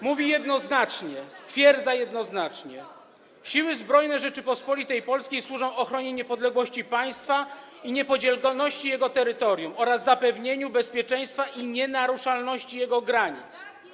mówi jednoznacznie, stwierdza w ust. 1 jednoznacznie: Siły Zbrojne Rzeczypospolitej Polskiej służą ochronie niepodległości państwa i niepodzielności jego terytorium oraz zapewnieniu bezpieczeństwa i nienaruszalności jego granic.